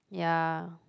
ya